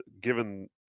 given